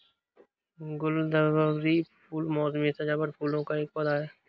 गुलदावरी फूल मोसमी सजावटी फूलों का एक पौधा है